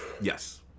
yes